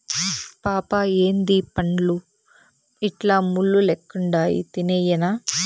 పాపా ఏందీ పండ్లు ఇట్లా ముళ్ళు లెక్కుండాయి తినేయ్యెనా